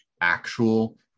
actual